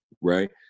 right